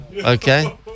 okay